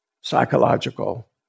psychological